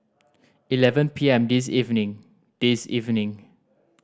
eleven P M this evening this evening